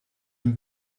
dem